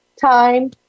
time